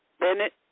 Bennett